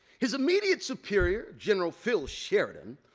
his immediate superior, general phil sheridan,